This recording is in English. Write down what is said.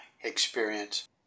experience